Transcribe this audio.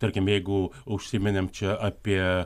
tarkim jeigu užsiminėm čia apie